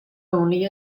only